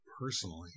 personally